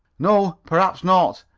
no, perhaps not,